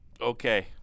Okay